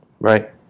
Right